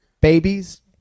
babies